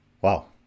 Wow